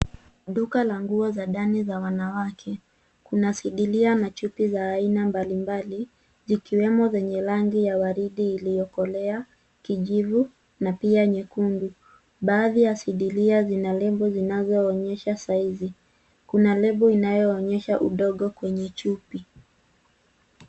Duka la nguo za ndani za wanawake. Kuna sidiria na chupi za aina mbali mbali, zikiwemo zenye rangi ya waridi iliyokolea, kijivu, na pia nyekundu. Baadhi ya sidiria zina lebo zinazoonyesha saizi. Kuna lebo inayoonyesha udogo kwenye chupi.